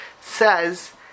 says